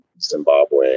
Zimbabwe